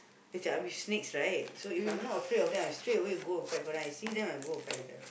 which are snakes right so if I'm not afraid of them I straight away go and fight for them I see them I go and fight with them